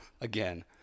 again